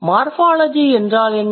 morphology என்றால் என்ன